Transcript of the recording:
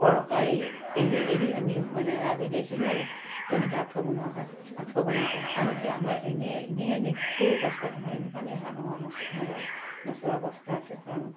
সৰকাৰী এৰি এৰি আমি মানে ৰাবিন্ধাইছিলো আৰু তেনেকৈ আঁঠুৱা বনোৱা হয় আঁঠুৱা বনাইছিলো আনকি আমাৰ এনেই এনেই এনে সৰু অৱস্থাত আমাৰ এনে পানী নকৰোঁ নচলোৱা অৱস্থা আছিল কাৰণ